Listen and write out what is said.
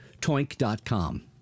Toink.com